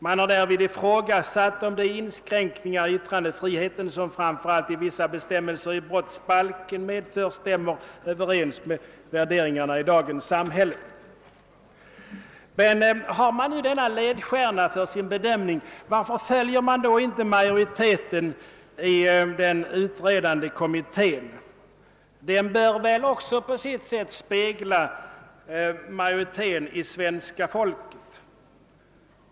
Man har därvid ifrågasatt om de inskränkningar i yttrandefriheten som framför allt vissa bestämmelser i brottsbalken medför stämmer överens med värderingarna i dagens samhälle.» Varför följer man inte majoriteten i den utredande kommittén, om man nu har denna ledstjärna för sin bedömning? Den majoriteten bör väl på sitt sätt spegla majoriteten av svenska folket.